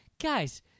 guys